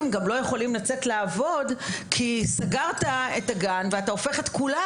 לא יכולים לצאת לעבוד כי סגרת את הגן ואתה הופך את כולם